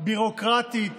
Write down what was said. ביורוקרטית